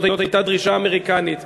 זאת הייתה דרישה אמריקנית,